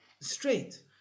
Straight